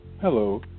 Hello